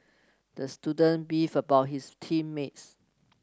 the student beefed about his team mates